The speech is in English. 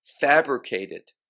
fabricated